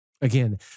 Again